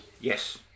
Yes